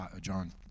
John